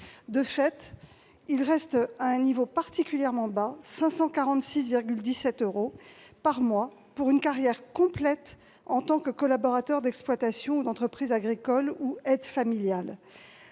De fait, il reste à un niveau particulièrement bas : 546,17 euros par mois pour une carrière complète en tant que collaborateur d'exploitation ou d'entreprise agricole ou aide familial.